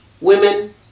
women